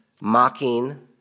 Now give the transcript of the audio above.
mocking